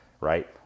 right